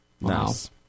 Nice